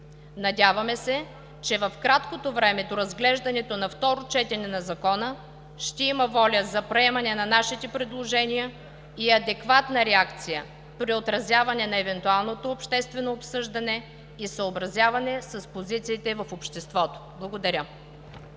Надяваме се, че в краткото време до разглеждането на второ четене на Закона ще има воля за приемане на нашите предложения и адекватна реакция при отразяване на евентуалното обществено обсъждане и съобразяване с позициите в обществото. Благодаря.